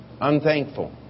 Unthankful